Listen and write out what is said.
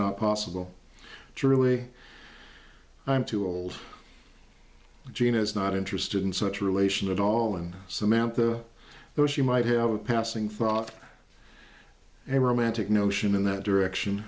not possible to really i'm too old jane is not interested in such relation at all and samantha though she might have a passing thought a romantic notion in that direction